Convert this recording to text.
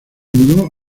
mudó